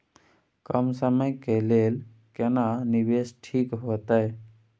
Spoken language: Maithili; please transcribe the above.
कम समय के लेल केना निवेश ठीक होते?